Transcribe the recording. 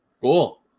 Cool